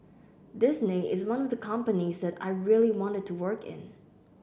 Disney is one of the companies that I really wanted to work in